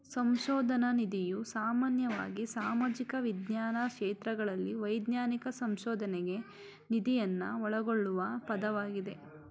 ಸಂಶೋಧನ ನಿಧಿಯು ಸಾಮಾನ್ಯವಾಗಿ ಸಾಮಾಜಿಕ ವಿಜ್ಞಾನ ಕ್ಷೇತ್ರಗಳಲ್ಲಿ ವೈಜ್ಞಾನಿಕ ಸಂಶೋಧನ್ಗೆ ನಿಧಿಯನ್ನ ಒಳಗೊಳ್ಳುವ ಪದವಾಗಿದೆ